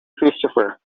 christopher